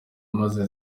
maze